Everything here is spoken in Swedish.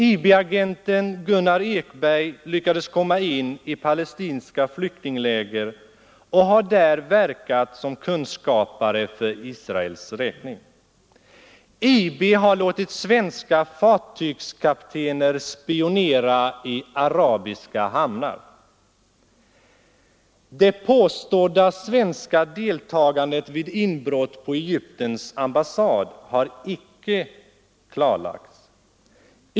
IB-agenten Gunnar Ekberg lyckades komma in i palestinska flyktingläger och har där verkat som kunskapare för Israels räkning. IB har låtit svenska fartygskaptener spionera i arabiska hamnar. Det påstådda svenska deltagandet vid inbrott på Egyptens ambassad har icke klarlagts.